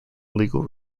legal